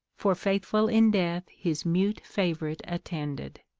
for faithful in death his mute fav'rite attended,